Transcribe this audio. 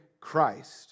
Christ